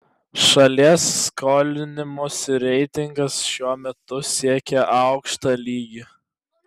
šalies skolinimosi reitingas šiuo metu siekia aukštą lygį